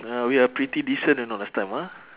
ah we are pretty decent you know last time ah